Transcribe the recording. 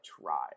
try